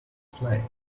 play